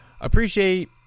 appreciate